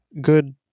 good